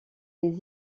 des